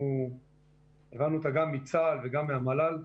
שהבנו אותה גם מצה"ל וגם מהמל"ל,